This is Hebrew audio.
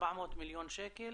400 מיליון שקל,